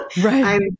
Right